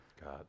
God